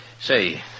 Say